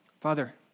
Father